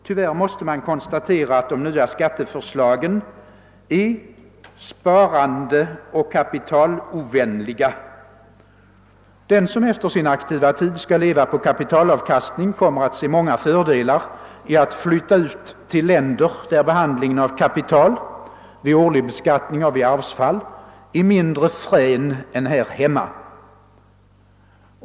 Tyvärr måste man konstatera att de nya skatteförslagen är sparandeoch kapitalovänliga. Den som efter sin aktiva tid skall leva på kapitalavkastningen kommer att se många fördelar i att flytta ut till länder, där behandlingen av kapital — vid årlig beskattning och vid arvsfall — är mindre frän än här hemma.